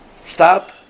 Stop